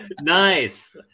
nice